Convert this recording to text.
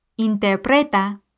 Interpreta